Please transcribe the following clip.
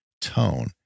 tone